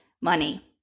money